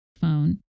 phone